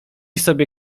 sobie